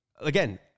again